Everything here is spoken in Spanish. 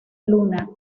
luna